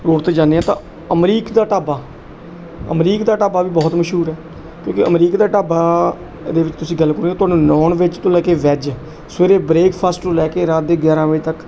road 'ਤੇ ਜਾਂਦੇ ਹਾਂ ਤਾਂ ਅਮਰੀਕ ਦਾ ਢਾਬਾ ਅਮਰੀਕ ਦਾ ਢਾਬਾ ਵੀ ਬਹੁਤ ਮਸ਼ਹੂਰ ਹੈ ਕਿਉਂਕਿ ਅਮਰੀਕ ਦਾ ਢਾਬਾ ਇਹਦੇ ਵਿੱਚ ਤੁਸੀਂ ਗੱਲ ਕਰੋ ਤੁਹਾਨੂੰ ਨੋਨ ਵੈਜ ਤੋਂ ਲੈ ਕੇ ਵੈਜ ਸਵੇਰੇ ਬ੍ਰੇਕਫਾਸਟ ਤੋਂ ਲੈ ਕੇ ਰਾਤ ਦੇ ਗਿਆਰਾਂ ਵਜੇ ਤੱਕ